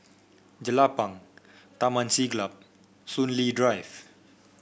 Jelapang Taman Siglap Soon Lee Drive